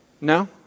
No